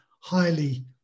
highly